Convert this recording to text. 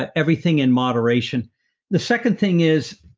but everything in moderation the second thing is,